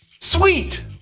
Sweet